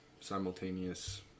simultaneous